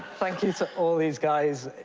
thank you to all these guys.